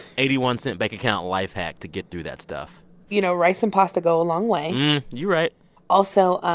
eighty one cent bank account life hack to get through that stuff you know, rice and pasta go a long way you right also